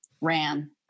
ran